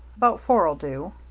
about four'll do.